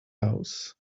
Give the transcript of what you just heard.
house